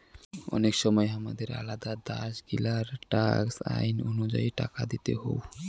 অনেক সময় হামাদের আলাদা দ্যাশ গিলার ট্যাক্স আইন অনুযায়ী টাকা দিতে হউ